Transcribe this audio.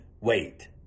wait